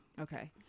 Okay